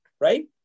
right